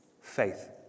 Faith